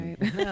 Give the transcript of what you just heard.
right